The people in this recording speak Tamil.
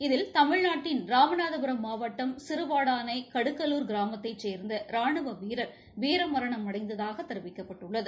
இதில் தமிழ்நாட்டின் ராமநாதபுரம் மாவட்டம் சிறுவாடானை கடுக்கலூர் கிராமத்தைச் சேர்ந்த ரானுவ வீரர் வீரமரணம் அடைந்ததாக தெரிவிக்கப்பட்டுள்ளது